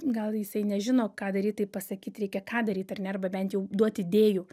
gal jisai nežino ką daryt tai pasakyt reikia ką daryt ar ne arba bent jau duot idėjų